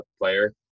player